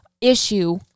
issue